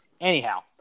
anyhow